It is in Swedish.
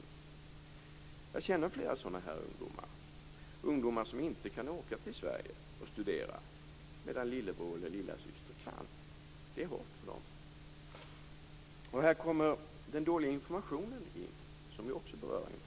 Jag känner flera sådana här ungdomar som inte kan åka till Sverige och studera här, medan lillebror eller lillasyster kan göra det. Det är hårt för dem. Här kommer den dåliga informationen in, som jag också berör i min fråga.